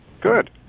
Good